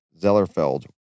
Zellerfeld